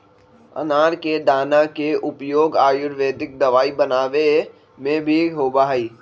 अनार के दाना के उपयोग आयुर्वेदिक दवाई बनावे में भी होबा हई